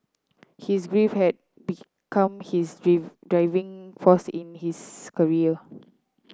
his grief had become his drive driving force in his career